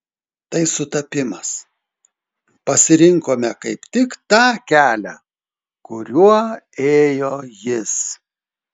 tai sutapimas pasirinkome kaip tik tą kelią kuriuo ėjo jis